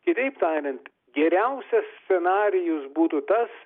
kitaip tariant geriausias scenarijus būtų tas